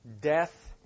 death